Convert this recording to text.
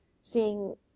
seeing